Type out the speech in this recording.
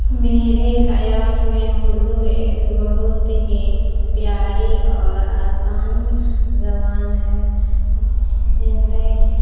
میرے خیال میں اردو ایک بہت ہی پیاری اور آسان زبان ہے زندہ